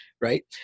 right